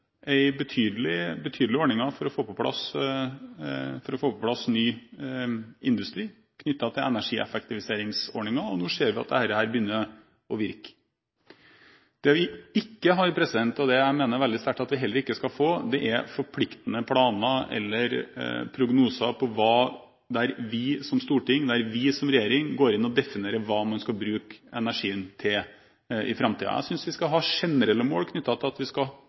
for å få på plass ny industri knyttet til energieffektiviseringsordninger, og nå ser vi at dette begynner å virke. Det vi ikke har – og det mener jeg veldig sterkt at vi heller ikke skal ha – er forpliktende planer eller prognoser om hva vi som storting og som regjering går inn og definerer hva man skal bruke energien til i framtiden. Jeg synes vi skal ha generelle mål knyttet til at vi skal